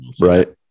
Right